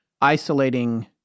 isolating